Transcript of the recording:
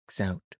out